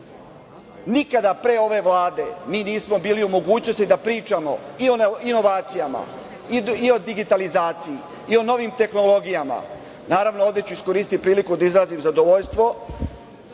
nikada pre ove Vlade mi nismo bili u mogućnosti da pričamo i o inovacijama i o digitalizaciji i o novim tehnologijama. Naravno ovde ću iskoristiti priliku da izrazim zadovoljstvo